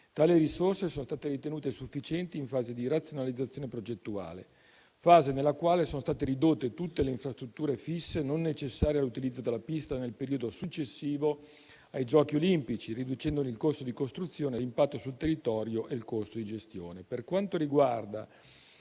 Tali risorse sono state ritenute sufficienti in fase di razionalizzazione progettuale; fase nella quale sono state ridotte tutte le infrastrutture fisse non necessarie all'utilizzo della pista nel periodo successivo ai giochi olimpici, riducendone il costo di costruzione, l'impatto sul territorio e il costo di gestione. Per quanto riguarda